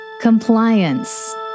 Compliance